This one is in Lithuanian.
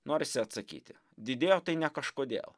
norisi atsakyti didėjo tai ne kažkodėl